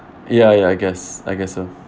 ya ya I guess I guess so